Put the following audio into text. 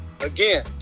again